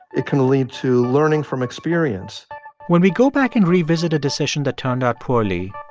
it can lead to learning from experience when we go back and revisit a decision that turned out poorly,